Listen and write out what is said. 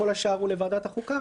כל השאר הוא לוועדת החוקה,